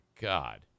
God